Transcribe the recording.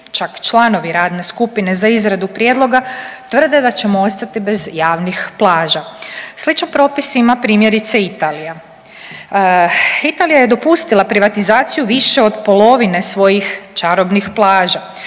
čak članovi radne skupine za izradu prijedloga tvrde da ćemo ostati bez javnih plaža. Sličan propis ima primjerice Italija. Italija je dopustila privatizaciju više od polovine svojih čarobnih plaža.